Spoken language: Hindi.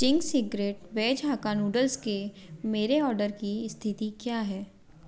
Ching's secret veg hakka noodles के मेरे ऑर्डर की स्थिति क्या है